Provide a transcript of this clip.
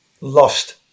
lost